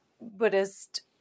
Buddhist